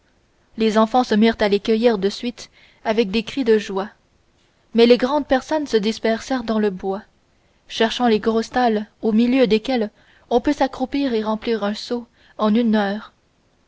les enfants se mirent à les cueillir de suite avec des cris de joie mais les grandes personnes se dispersèrent dans le bois cherchant les grosses talles au milieu desquelles on peut s'accroupir et remplir un seau en une heure